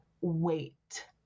wait